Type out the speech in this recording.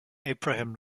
abraham